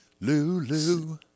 Lulu